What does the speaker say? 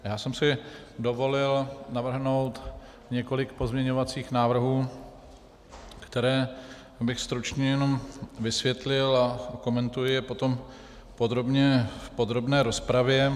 Já jsem si dovolil navrhnout několik pozměňovacích návrhů, které bych stručně jenom vysvětlil, a okomentuji je potom podrobně v podrobné rozpravě.